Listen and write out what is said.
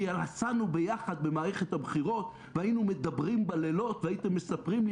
נסענו יחד במערכת הבחירות והיינו מדברים בלילות והייתם מספרים לי